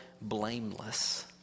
blameless